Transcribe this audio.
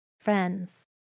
Friends